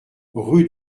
rue